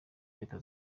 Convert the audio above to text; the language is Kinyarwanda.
leta